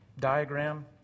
diagram